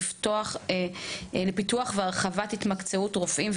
לטובת פיתוח התמקצעות והתמחות של רופאים,